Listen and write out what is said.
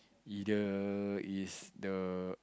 either is the